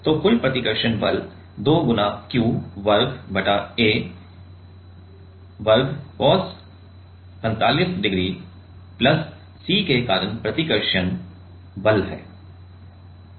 तो कुल प्रतिकर्षण बल 2 q वर्ग बटा a वर्ग cos 45 डिग्री प्लस C के कारण प्रतिकर्षण भी है